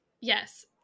yes